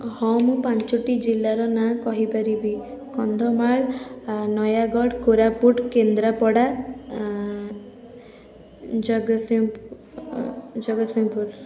ହଁ ମୁଁ ପାଞ୍ଚଟି ଜିଲ୍ଲାର ନାଁ କହିପାରିବି କନ୍ଧମାଳ ଅଁ ନୟାଗଡ଼ କୋରାପୁଟ କେନ୍ଦ୍ରାପଡ଼ା ଜଗତସିଂହପୁର ଜଗତସିଂହପୁର